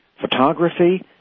photography